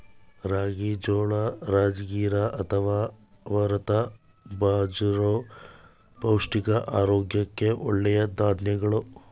ರಾಗಿ, ಜೋಳ, ರಾಜಗಿರಾ ಅಥವಾ ಅಮರಂಥ ಬಾಜ್ರ ಪೌಷ್ಟಿಕ ಆರೋಗ್ಯಕ್ಕೆ ಒಳ್ಳೆಯ ಧಾನ್ಯಗಳು